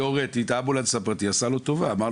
תיאורטית האמבולנס הפרטי עשה לו טובה כי הוא